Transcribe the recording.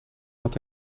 had